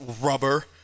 rubber